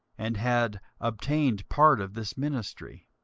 and had obtained part of this ministry.